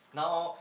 now